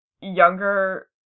younger